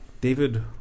David